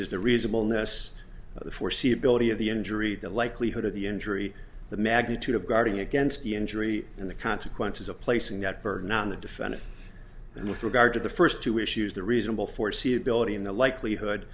the reasonable ness of the foreseeability of the injury the likelihood of the injury the magnitude of guarding against the injury and the consequences of placing that burden on the defendant and with regard to the two issues the reasonable foreseeability in the likelihood